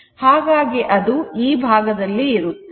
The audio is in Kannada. ಹಾಗಾಗಿ ಅದು ಈ ಭಾಗದಲ್ಲಿ ಇರುತ್ತದೆ